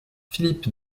philippe